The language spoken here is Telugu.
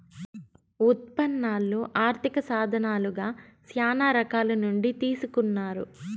ఉత్పన్నాలు ఆర్థిక సాధనాలుగా శ్యానా రకాల నుండి తీసుకున్నారు